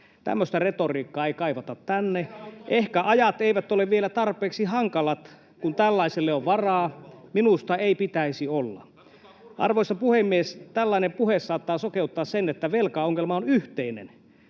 Tämmöistä retoriikkaa ei kaivata tänne. Ehkä ajat eivät ole vielä tarpeeksi hankalat, kun tällaiselle on varaa — minusta ei pitäisi olla. Arvoisa puhemies! Tällainen puhe saattaa sokeuttaa sille, että velkaongelma on yhteinen.